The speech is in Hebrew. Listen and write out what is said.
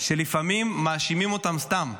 שלפעמים מאשימים אותן סתם.